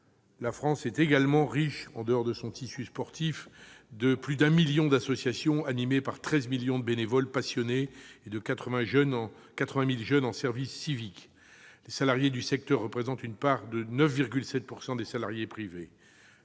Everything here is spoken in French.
la France est riche, en plus de son tissu sportif, de plus d'un million d'associations, animées par 13 millions de bénévoles passionnés et 80 000 jeunes en service civique. Les salariés du secteur représentent 9,7 % des salariés du privé.